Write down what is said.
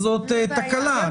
זאת תקלה.